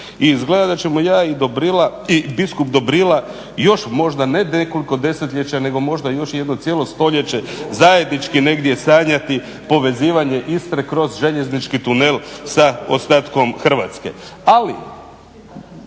izgleda da ćemo ja i biskup Dobrila još možda ne nekoliko desetljeća nego možda još i jedno cijelo stoljeće zajednički negdje sanjati povezivanje Istre kroz željeznički tunel sa ostatkom Hrvatske.